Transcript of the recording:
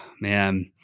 man